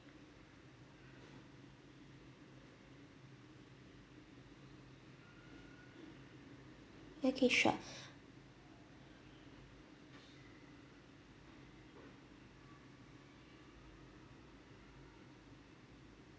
okay sure